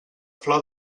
flor